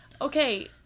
Okay